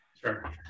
Sure